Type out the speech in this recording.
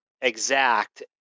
exact